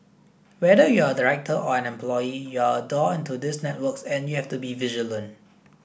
whether you're a director or an employee you're a door into those networks and you have to be vigilant